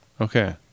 Okay